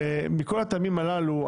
מכל הטעמים הללו,